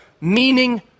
meaning